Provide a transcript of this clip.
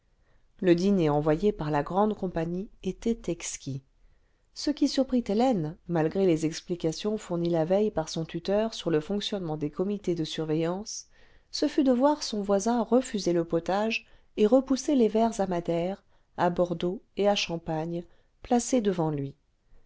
le dîner envoyé par la grande compagnie était exquis ce qui surprit hélène malgré les explications fournies la veille par son tuteur sur le fonctionnement des comités de surveillance ce fut de voir son voisin refuser le potage et repousser les verres à madère à bordeaux et à champagne placés devant lui